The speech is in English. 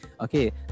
okay